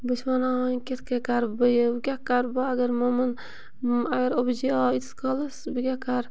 بہٕ چھَس وَنان وۄنۍ کِتھ کٔنۍ کَرٕ بہٕ یہِ وۄنۍ کیٛاہ کَرٕ بہٕ اگر مومَن اگر ابوٗجی آو ییٖتِس کالَس بہٕ کیٛاہ کَرٕ